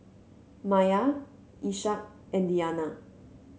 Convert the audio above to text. Maya Ishak and Diyana